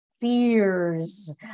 fears